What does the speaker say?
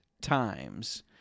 times